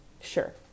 Sure